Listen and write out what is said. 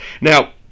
now